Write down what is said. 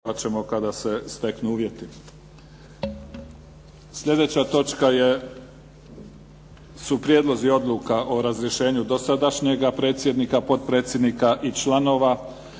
**Mimica, Neven (SDP)** Sljedeća točka je - Prijedlozi Odluka o razrješenju dosadašnjeg predsjednika, potpredsjednika i članova